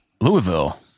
louisville